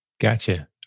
Gotcha